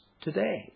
today